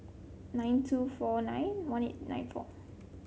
nine two four nine one eight nine four